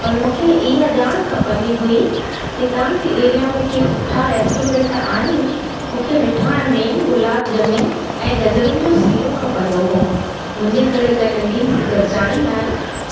पर मूंखे इहा ॼाण खपंदी हुई की तव्हांजी एरिया में के सुठा रेस्टोरेंट आहिनि मूंखे मिठाण में गुलाब ॼमूं ऐं गजरुनि जो सीरो खपंदो हो मुंहिंजे घरु हिकु नंढी सी गॾिजाणी आहे त